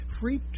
free